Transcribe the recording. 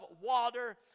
water